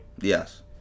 Yes